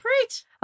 great